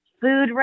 food